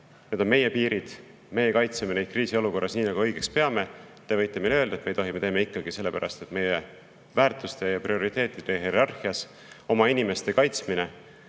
need on meie piirid, meie kaitseme neid kriisiolukorras nii, nagu õigeks peame. Te võite meile öelda, et me ei tohi, aga me teeme ikkagi, sellepärast et meie väärtuste ja prioriteetide hierarhias on oma inimeste kaitsmine